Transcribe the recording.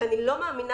שאני מאמינה